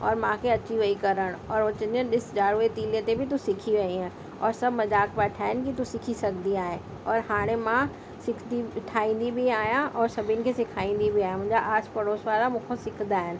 और मूंखे अची वई करणु और हो चवंदियूं आहिनि ॾिसु जाड़ूअ जी तीलीअ ते बि तूं सिखी वईअं और सभु मज़ाक़ पिया ठाहिनि की तूं सिखी सघंदी आहीं और हाणे मां सिखंदी ठाहींदी बि आहियां और सभिनि खे सेखारींदी बि आहियां मुंहिंजा आस पड़ोस वारा मूंखां सिखंदा आहिनि